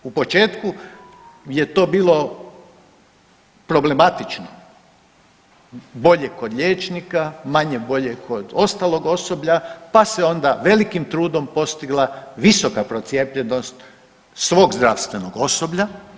U početku je to bilo problematično, bolje kod liječnika, manje bolje kod ostalog osoblja, pa se onda velikim trudom postigla visoka procijepljenost svog zdravstvenog osoblja.